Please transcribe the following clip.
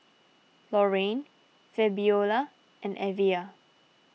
Lorayne Fabiola and Evia